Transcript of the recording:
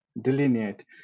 delineate